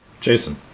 Jason